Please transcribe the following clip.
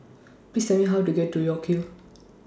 Please Tell Me How to get to York Hill